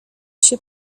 się